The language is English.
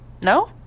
No